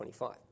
25